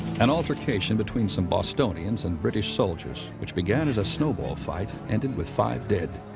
an altercation between some bostonians and british soldiers, which began as a snowball fight, ended with five dead.